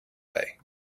way